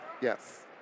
Yes